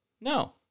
No